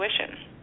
intuition